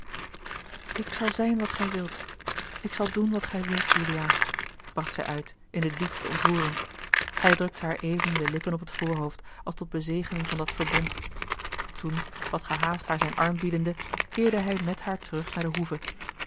ik zal zijn wat gij wilt ik zal doen wat gij wilt juliaan bracht zij uit in de diepste ontroering hij drukte haar even de lippen op het voorhoofd als tot bezegeling van dat verbond toen wat gehaast haar zijn arm biedende keerde hij met haar terug naar de hoeve